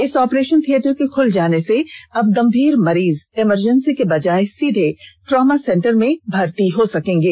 इस operation theatre के खुल जाने से अब गंभीर मरीज इमरजेंसी के बजाय सीधे ट्रॉमा सेंटर में भर्ती हो सकेंगे